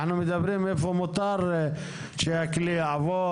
אנחנו מדברים על איפה מותר שהכלי יעבור,